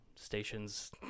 stations